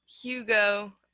Hugo